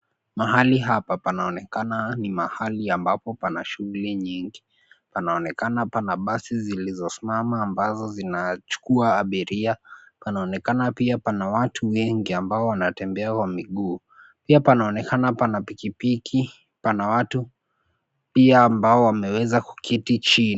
Mahali hapa panaonekana ni mahali ambapo pana shughuli nyingi. Panaonekana pana basi zilozosimama ambazo zinachukua abiria .Panaonekana pia pana watu wengi ambao wanatembea kwa miguu. Pia panaonekana pana pikipiki, pana watu pia ambao wameweza kuketi chini.